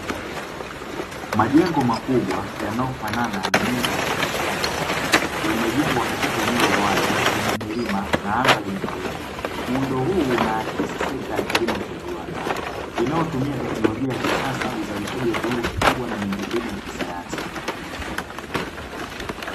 Majengo makubwa yanayofanana na nyumba ya kuoteshea mazao, yamejengwa katika eneo la wazi lenye milima na anga lenye mawingu, muundo huu unaakisi sekta ya kilimo cha viwanda inayotumia teknolojia ya kisasa uzalishaji wa kiwango kikubwa na miundombinu ya kisayansi.